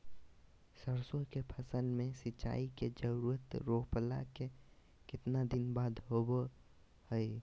सरसों के फसल में सिंचाई के जरूरत रोपला के कितना दिन बाद होबो हय?